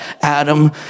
Adam